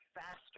faster